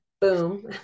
boom